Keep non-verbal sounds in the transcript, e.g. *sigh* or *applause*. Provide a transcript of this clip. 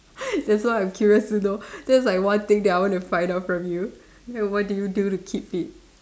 *laughs* that's why I'm curious to know that's like one thing that I want to find out from you like what do you do to keep fit